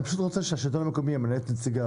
אני פשוט רוצה שהשלטון המקומי ימנה את נציגיו,